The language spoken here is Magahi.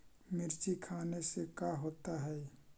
मिर्ची खाने से का होता है?